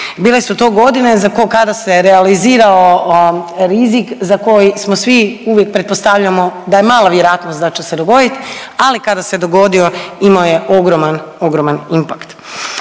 Bile su to godine kada se realizirao rizik za koji smo svi uvijek pretpostavljamo da je mala vjerojatnost da će se dogoditi, ali kada se dogodio imao je ogroman, ogroman impakt.